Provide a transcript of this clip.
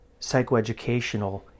psychoeducational